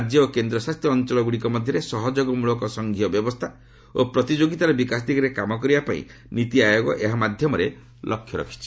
ରାଜ୍ୟ ଓ କେନ୍ଦ୍ରଶାସିତ ଅଞ୍ଚଳଗୁଡ଼ିକ ମଧ୍ୟରେ ସହଯୋଗମୂଳକ ସଂଘୀୟ ବ୍ୟବସ୍ଥା ଓ ପ୍ରତିଯୋଗିତାର ବିକାଶ ଦିଗରେ କାମ କରିବା ପାଇଁ ନୀତି ଆୟୋଗ ଏହା ମାଧ୍ୟମରେ ଲକ୍ଷ୍ୟ ରଖିଛି